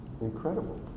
incredible